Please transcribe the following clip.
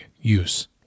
use